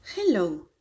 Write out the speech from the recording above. Hello